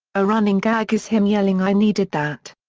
a running gag is him yelling i needed that!